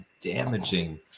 damaging